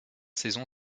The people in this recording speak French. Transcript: saison